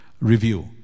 review